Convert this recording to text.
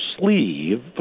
sleeve